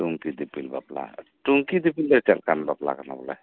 ᱴᱩᱝᱠᱤ ᱫᱤᱯᱤᱞ ᱵᱟᱯᱞᱟ ᱴᱩᱝᱠᱤ ᱫᱤᱯᱤᱞ ᱫᱚ ᱪᱮᱫ ᱞᱮᱠᱟ ᱵᱟᱯᱞᱟ ᱠᱟᱱᱟ ᱵᱚᱞᱮ